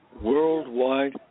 Worldwide